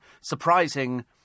Surprising